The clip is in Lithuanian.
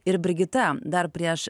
ir brigita dar prieš